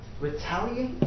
retaliate